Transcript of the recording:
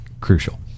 crucial